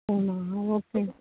ஆமாம் ஓகே